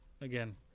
again